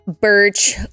birch